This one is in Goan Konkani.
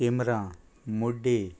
तेमरा मुड्डी